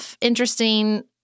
interesting